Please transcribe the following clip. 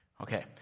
Okay